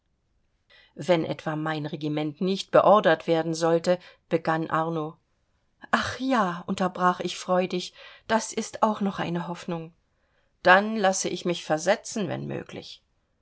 wenn etwa mein regiment nicht beordert werden sollte begann arno ach ja unterbrach ich freudig das ist auch noch eine hoffnung dann lasse ich mich versetzen wenn möglich